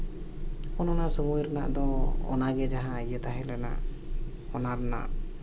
ᱚᱱ ᱚᱱᱟ ᱥᱚᱢᱚᱭ ᱨᱮᱱᱟᱜ ᱫᱚ ᱚᱱᱟᱜᱮ ᱡᱟᱦᱟᱸ ᱤᱭᱟᱹ ᱛᱟᱦᱮᱸ ᱞᱮᱱᱟ ᱚᱱᱟ ᱨᱮᱱᱟᱜ